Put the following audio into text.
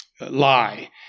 lie